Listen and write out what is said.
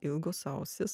ilgos ausys